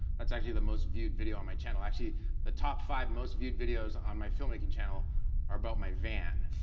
that's actually the most viewed video on my channel. actually the top five most viewed videos on my fimmmaking channel are about my van.